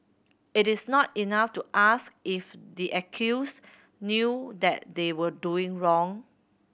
it is not enough to ask if the accused knew that they were doing wrong